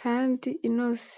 kandi inoze.